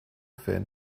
fan